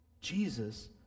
Jesus